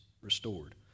restored